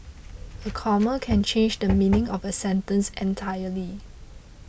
a comma can change the meaning of a sentence entirely